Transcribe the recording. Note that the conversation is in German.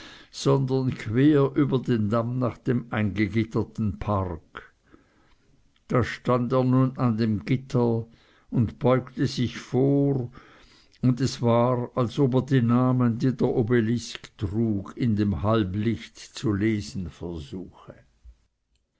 sondern quer über den damm nach dem eingegitterten park da stand er nun an dem gitter und beugte sich vor und es war als ob er die namen die der obelisk trug in dem halblicht zu lesen versuche